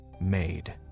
made